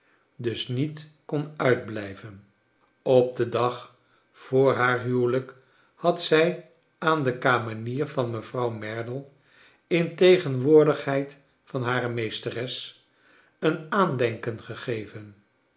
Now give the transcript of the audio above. dus niet kon uitblijven op den dag voor naar huwelijk had zij aan de kamenier van mevrouw merdle in tegenwoordigheid van hare meesteres een aandenken gegeven